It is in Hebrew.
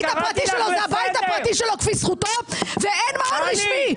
הפרטי שלו זה הבית הפרטי שלו כפי זכותו ואין מעון רשמי.